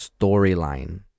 storyline